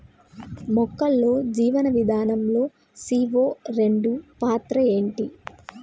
మొక్కల్లో జీవనం విధానం లో సీ.ఓ రెండు పాత్ర ఏంటి?